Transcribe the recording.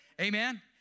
Amen